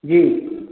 जी